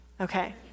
okay